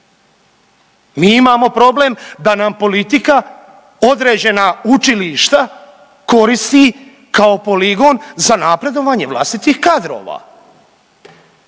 Mi imamo problem da nam politika određena učilišta koristi kao poligon za napredovanje vlastitih kadrova.